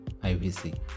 IVC